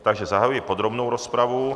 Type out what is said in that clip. Takže zahajuji podrobnou rozpravu.